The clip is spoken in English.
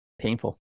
Painful